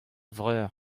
vreur